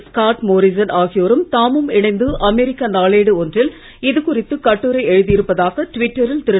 Scott Morrison ஆகியோரும் தாமும் இணைந்து அமெரிக்க நாளேடு ஒன்றில் இது குறித்து கட்டுரை எழுதியிருப்பதாக ட்விட்டரில் திரு